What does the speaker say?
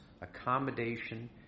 accommodation